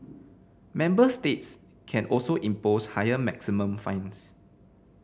member states can also impose higher maximum fines